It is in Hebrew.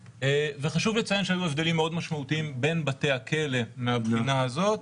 חשוב לציין שהיו הבדלים מאוד משמעותיים בין בתי הכלא מבחינה זאת.